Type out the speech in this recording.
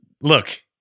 Look